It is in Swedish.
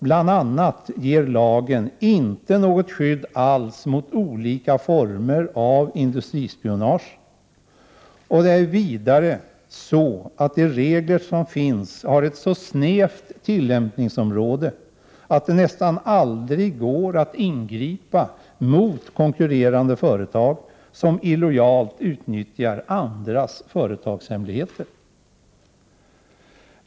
Bl.a. ger lagen inte något skydd alls mot olika former av industrispionage, och det är vidare så att de regler som finns har ett så snävt tillämpningsområde att det nästan aldrig går att ingripa mot konkurrerande företag som illojalt utnyttjar andras företagshemligheter.